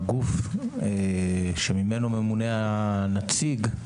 הגוף שממנו ממונה הנציג,